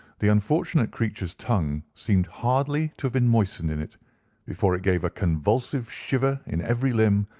the unfortunate creature's tongue seemed hardly to have been moistened in it before it gave a convulsive shiver in every limb,